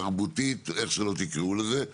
תרבותית איך שלא תקראו לזה.